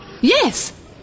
Yes